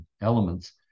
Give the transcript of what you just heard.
elements